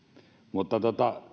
mutta